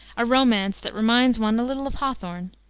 a romance that reminds one a little of hawthorne,